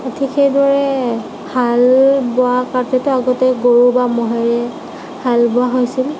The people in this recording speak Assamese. এতিয়া চাগে হাল বোৱা আগতে গৰু বা ম'হেৰে হাল বোৱা হৈছিল